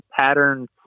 patterns